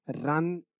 run